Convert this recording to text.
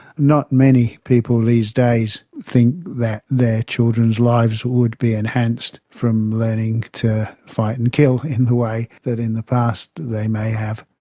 not many people these days think that their children's lives would be enhanced from learning to fight and kill in the way that in the past they may have.